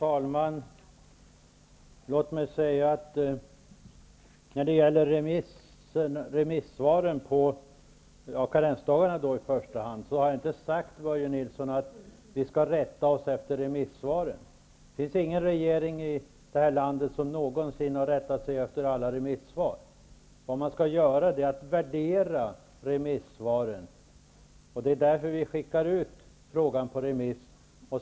Fru talman! Jag har inte sagt att vi skall rätta oss efter remissvaren när det gäller karensdagarna, Börje Nilsson. Det finns ingen regering i detta land som någonsin har rättat sig efter alla remissvar. Vad man skall göra är att värdera remissvaren. Det är därför vi skickar ut frågan på remiss.